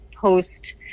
post